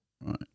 right